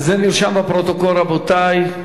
אז זה נרשם בפרוטוקול, רבותי.